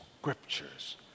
scriptures